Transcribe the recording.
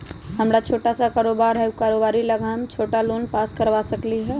हमर छोटा सा कारोबार है उ कारोबार लागी हम छोटा लोन पास करवा सकली ह?